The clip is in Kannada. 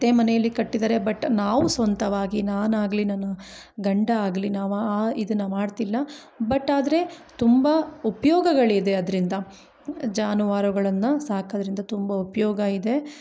ಅತ್ತೆ ಮನೆಯಲ್ಲಿ ಕಟ್ಟಿದ್ದಾರೆ ಬಟ್ ನಾವು ಸ್ವಂತವಾಗಿ ನಾನಾಗಲಿ ನನ್ನ ಗಂಡ ಆಗಲಿ ನಾವು ಆ ಇದನ್ನು ಮಾಡ್ತಿಲ್ಲ ಬಟ್ ಆದ್ರೆ ತುಂಬ ಉಪಯೋಗಗಳಿದೆ ಅದ್ರಿಂದ ಜಾನುವಾರುಗಳನ್ನು ಸಾಕೋದ್ರಿಂದ ತುಂಬ ಉಪಯೋಗ ಇದೆ